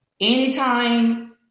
anytime